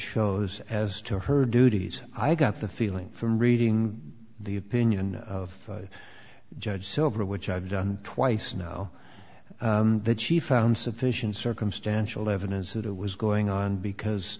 shows as to her duties i got the feeling from reading the opinion of judge silver which i've done twice now that she found sufficient circumstantial evidence that it was going on because